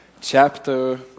chapter